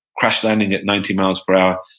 crash landing at ninety miles per hour,